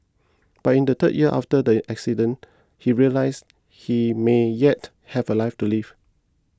but in the third year after the accident he realised he may yet have a life to live